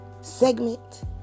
segment